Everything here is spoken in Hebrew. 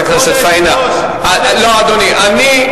אני אגן עלייך.